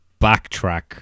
backtrack